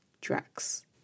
Drax